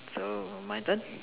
so my turn